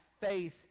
faith